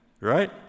right